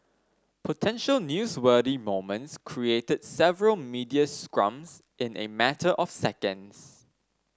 potential newsworthy moments created several media scrums in a matter of seconds